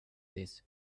this